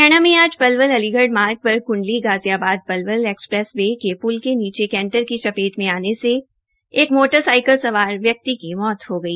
हरियाणा में आज पलवल अलीगढ़ जींद मार्ग पर कुंडली गजियाबाद पलवल एक्सप्रेस वे के पुल के पुल के नीचे केंटर की चपेट में आने से एक मोटर साइकल सवार व्यक्ति की मौज हो गई